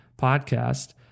podcast